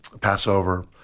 Passover